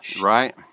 Right